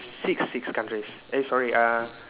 six six countries eh sorry uh